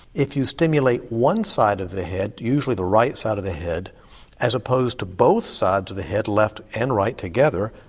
it you stimulate one side of the head, usually the right side of the head as opposed to both sides of the head left and right together,